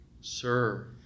serve